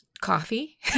coffee